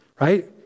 Right